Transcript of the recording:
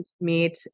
meet